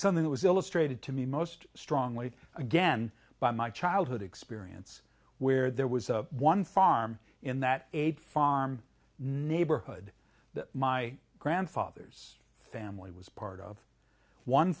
something was illustrated to me most strongly again by my childhood experience where there was one farm in that eight farm neighborhood that my grandfather's family was part of one